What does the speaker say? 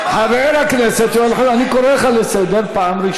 חבר הכנסת יואל חסון,